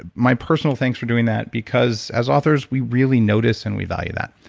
ah my personal thanks for doing that because as authors, we really notice and we value that.